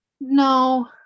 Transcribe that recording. no